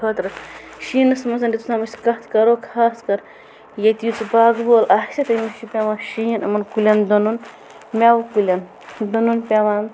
خٲطرٕ شیٖنَس منٛز یوتَتھ تامَ أسۍ کتھ کرو خاص کر ییٚتہِ یُس باغہٕ وول آسہِ تٔمِس چھُ پٮ۪وان شیٖن یِمَن کُلٮ۪ن دِنُن مٮ۪وٕ کُلٮ۪ن دِنُن پٮ۪وان